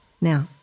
now